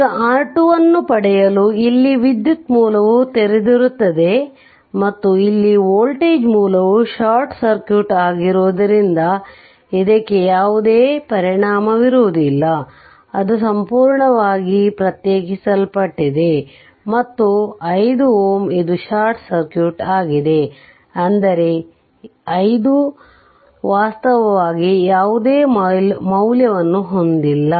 ಈಗ R2 ಅನ್ನು ಪಡೆಯಲು ಇಲ್ಲಿ ವಿದ್ಯುತ್ ಮೂಲವು ತೆರೆದಿರುತ್ತದೆ ಮತ್ತು ಇಲ್ಲಿ ಈ ವೋಲ್ಟೇಜ್ ಮೂಲವು ಶಾರ್ಟ್ ಸರ್ಕ್ಯೂಟ್ ಆಗಿರುವುದರಿಂದ ಇದಕ್ಕೆ ಯಾವುದೇ ಪರಿಣಾಮವಿರುವುದಿಲ್ಲ ಅದು ಸಂಪೂರ್ಣವಾಗಿ ಪ್ರತ್ಯೇಕಿಸಲ್ಪಟ್ಟಿದೆ ಮತ್ತು 5 Ω ಇದು ಶಾರ್ಟ್ ಸರ್ಕ್ಯೂಟ್ ಆಗಿದೆ ಅಂದರೆ ಈ 5 ವಾಸ್ತವವಾಗಿ ಯಾವುದೇ ಮೌಲ್ಯವನ್ನು ಹೊಂದಿಲ್ಲ